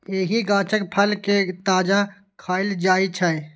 एहि गाछक फल कें ताजा खाएल जाइ छै